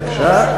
בבקשה,